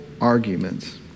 arguments